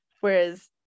Whereas